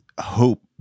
hope